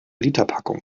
literpackung